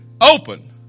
Open